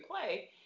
play